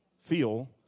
feel